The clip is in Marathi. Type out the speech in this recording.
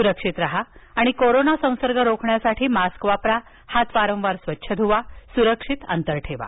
सुरक्षित राहा आणि कोरोना संसर्ग रोखण्यासाठी मास्क वापरा हात वारंवार स्वच्छ धुवा सुरक्षित अंतर ठेवा